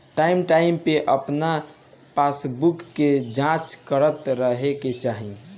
time time पे अपन passbook के जाँच करत रहे के चाही